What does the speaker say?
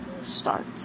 start